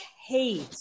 hate